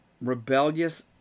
rebellious